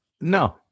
no